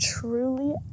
truly